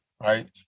right